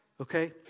Okay